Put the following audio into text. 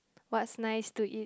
what's nice to eat